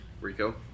Rico